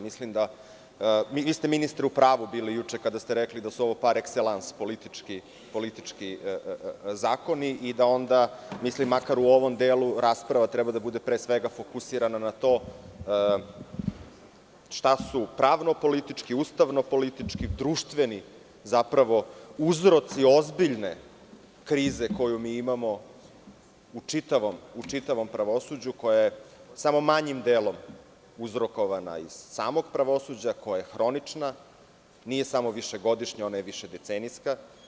Ministre, vi ste juče bili u pravu kada ste rekli da su ovo par ekselans politički zakoni i da onda rasprava makar u ovom delu treba da bude pre svega fokusirana na to šta su pravno-politički, ustavno-politički, društveni, zapravo uzroci ozbiljne krize koju mi imamo u čitavom pravosuđu koja je samo manjim delom uzrokovana iz samog pravosuđa, koja je hronična, nije samo višegodišnja, ona je višedecenijska.